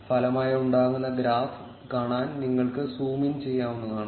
ഫലമായുണ്ടാകുന്ന ഗ്രാഫ് കാണാൻ നിങ്ങൾക്ക് സൂം ഇൻ ചെയ്യാവുന്നതാണ്